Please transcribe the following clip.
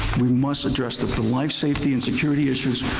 we must address the the life, safety and security issues.